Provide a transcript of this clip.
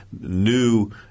new